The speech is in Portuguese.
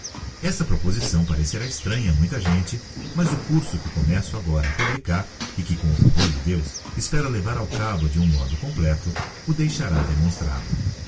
esta proposição parecerá estranha a muita gente mas o curso que começo agora a publicar e que com o favor de deus espero levar ao cabo de um modo completo o deixará demonstrado